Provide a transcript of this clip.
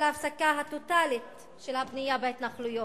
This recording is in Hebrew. ההפסקה הטוטלית של הבנייה בהתנחלויות.